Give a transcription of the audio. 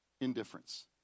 indifference